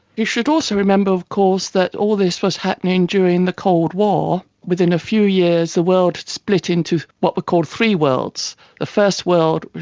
you should also remember of course that all this was happening during the cold war. within a few years the world had split into what were called three worlds the first world,